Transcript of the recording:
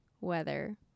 weather